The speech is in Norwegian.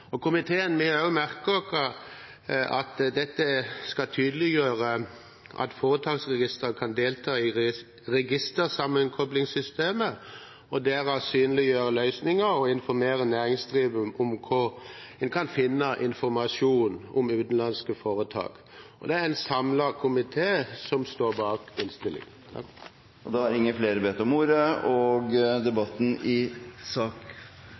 noe komiteen ser svært positivt på. Komiteen har også merket seg at dette skal tydeliggjøre at Foretaksregisteret kan delta i registersammenkoplingssystemet, og derved synliggjøre løsninger og informere næringsdrivende om hvor en kan finne informasjon om utenlandske foretak. Det er en samlet komité som står bak innstillingen. Jeg tok ordet egentlig bare for å påpeke at vi har